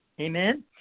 Amen